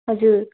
हजुर